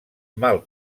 mal